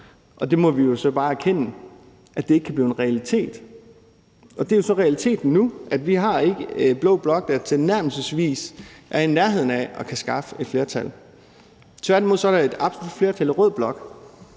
og det må vi så bare erkende ikke kan blive en realitet. Og det er jo så realiteten nu, at vi ikke har en blå blok, der er i nærheden af at kunne skaffe et flertal. Tværtimod er der et absolut flertal i rød blok,